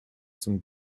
zum